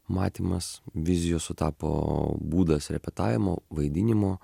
matymas vizijos sutapo būdas repetavimo vaidinimo